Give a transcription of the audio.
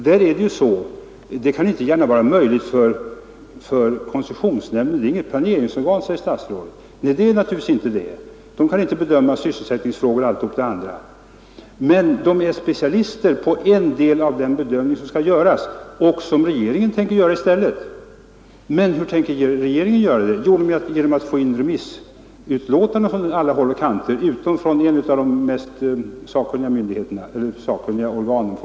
Den kan inte gärna ankomma på koncessionsnämnden, den är inget planeringsorgan, säger statsrådet. Nej, det är nämnden naturligtvis inte. Den kan inte bedöma sysselsättningsfrågor osv., men den är sakkunnig beträffande en del av den bedömning som skall göras, och detta avsnitt tänker regeringen överta. Och hur avser regeringen att sköta den saken? Jo, genom att infordra remissutlåtanden från alla håll utom från ett av de mest sakkunniga organen.